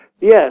Yes